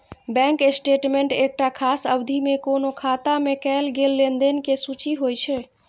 bank statement एकटा खास अवधि मे कोनो खाता मे कैल गेल लेनदेन के सूची होइ छै